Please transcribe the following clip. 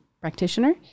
practitioner